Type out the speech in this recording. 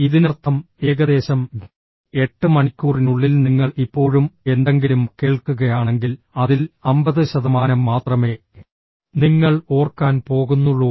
ഇതിനർത്ഥം ഏകദേശം 8 മണിക്കൂറിനുള്ളിൽ നിങ്ങൾ ഇപ്പോഴും എന്തെങ്കിലും കേൾക്കുകയാണെങ്കിൽ അതിൽ 50 ശതമാനം മാത്രമേ നിങ്ങൾ ഓർക്കാൻ പോകുന്നുള്ളൂ